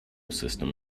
system